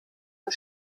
und